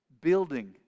building